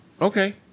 Okay